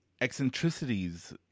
eccentricities